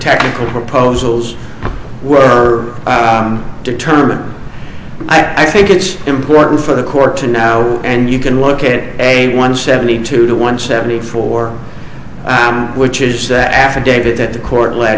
technical proposals were determined i think it's important for the court to now and you can look at it a one seventy two to one seventy four which is the affidavit that the court led